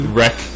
Wreck